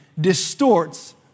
distorts